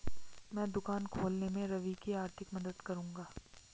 मैं दुकान खोलने में रवि की आर्थिक मदद करूंगा